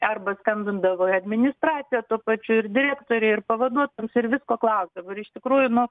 arba skambindavo į administraciją tuo pačiu ir direktorei ir pavaduotojams ir visko klausdavo ir iš tikrųjų nuo